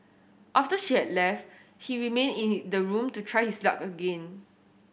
after she had left he remained in his the room to try his luck again